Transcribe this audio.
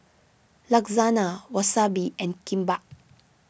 Lasagna Wasabi and Kimbap